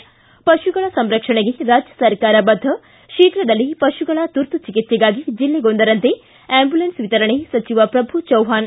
ಿ ಪಶುಗಳ ಸಂರಕ್ಷಣೆಗೆ ರಾಜ್ಯ ಸರ್ಕಾರ ಬದ್ದ ಶೀಘ್ರದಲ್ಲೇ ಪಶುಗಳ ತುರ್ತು ಚಿಕಿತ್ಸೆಗಾಗಿ ಜಿಲ್ಲೆಗೊಂದರಂತೆ ಆಂಬ್ಯುಲೆನ್ಸ್ ವಿತರಣೆ ಸಚಿವ ಪ್ರಭು ಚವ್ಹಾಣ್